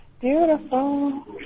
Beautiful